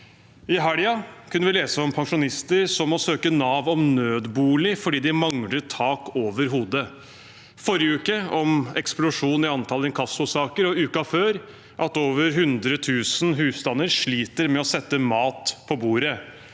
I helgen kunne vi lese om pensjonister som må søke Nav om nødbolig fordi de mangler tak over hodet. I forrige uke handlet det om eksplosjon i antall inkassosaker og uken før om at over 100 000 husstander sliter med å sette mat på bordet.